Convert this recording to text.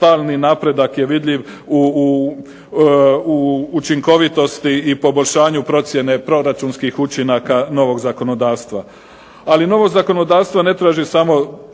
stalni napredak je vidljiv u učinkovitosti i poboljšanju procjene proračunskih učinaka novog zakonodavstva. Ali novo zakonodavstvo ne traži samo